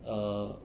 err